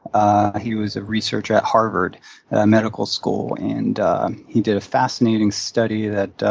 ah he was a researcher at harvard medical school. and he did a fascinating study that